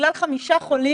בגלל 5 חולים,